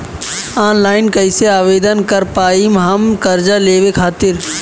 Online कइसे आवेदन कर पाएम हम कर्जा लेवे खातिर?